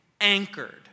anchored